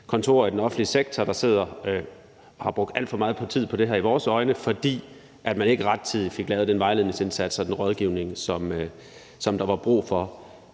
kontorer i den offentlige sektor, der i vores øjne har siddet og brugt alt for meget tid på det her, fordi man ikke rettidigt fik lavet den vejledningsindsats og den rådgivning, som der var brug for.